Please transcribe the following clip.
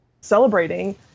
celebrating